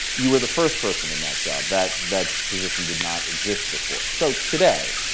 you were the first person in that job. that that position did not exist before. so today,